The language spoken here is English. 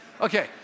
Okay